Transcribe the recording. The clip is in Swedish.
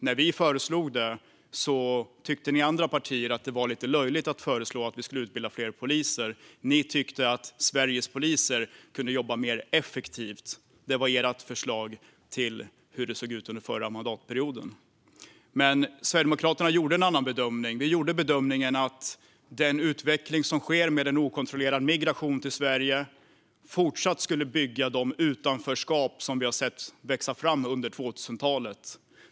När vi föreslog det tyckte ni andra partier att det var lite löjligt. Ni tyckte att Sveriges poliser kunde jobba mer effektivt. Det var ert förslag utifrån hur det såg ut under förra mandatperioden. Sverigedemokraterna gjorde en annan bedömning. Vi gjorde bedömningen att den utveckling som sker med en okontrollerad migration till Sverige skulle fortsätta att bygga de utanförskap som vi har sett växa fram under 2000-talet.